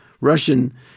Russian